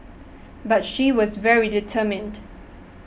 but she was very determined